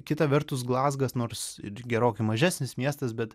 kita vertus glazgas nors ir gerokai mažesnis miestas bet